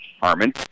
Harmon